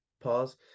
Pause